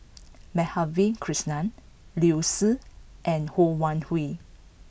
Madhavi Krishnan Liu Si and Ho Wan Hui